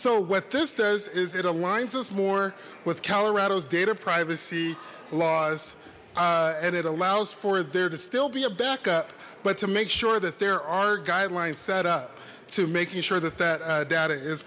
so what this does is it aligns us more with colorado's data privacy laws and it allows for there to still be a backup but to make sure that there are guidelines set up to making sure that that data is